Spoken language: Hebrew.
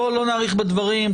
בואו לא נאריך בדברים,